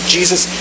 Jesus